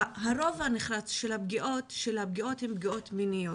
הרוב הנחרץ של הפגיעות הן פגיעות מיניות.